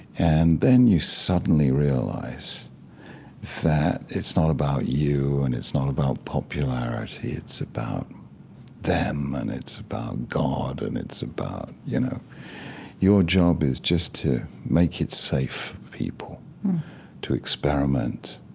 and then you suddenly realize that it's not about you and it's not about popularity. it's about them, and it's about god, and it's about you know your job is just to make it safe for people to experiment,